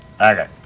okay